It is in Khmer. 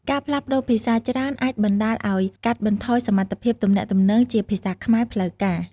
ការផ្លាស់ប្ដូរភាសាច្រើនអាចបណ្តាលឲ្យកាត់បន្ថយសមត្ថភាពទំនាក់ទំនងជាភាសាខ្មែរផ្លូវការ។